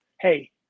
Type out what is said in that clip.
Hey